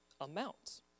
amount